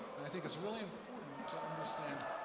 and i think it's really important to understand